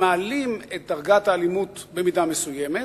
הם מעלים את דרגת האלימות במידה מסוימת,